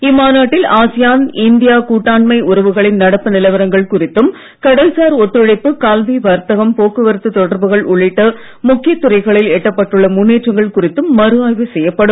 இம்மாநாட்டில் ASEAN India கூட்டாண்மை உறவுகளின் நடப்பு நிலவரங்கள் குறித்தும் கடல்சார் ஒத்துழைப்பு கல்வி வர்த்தகம் போக்குவரத்து தொடர்புகள் உள்ளிட்ட முக்கிய துறைகளில் எட்டப்பட்டுள்ள முன்னேற்றங்கள் குறித்தும் மறுஆய்வு செய்யப்படும்